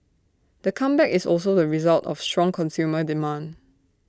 the comeback is also the result of strong consumer demand